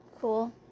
cool